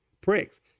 pricks